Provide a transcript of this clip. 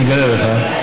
אני אגלה לך,